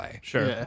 Sure